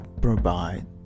provide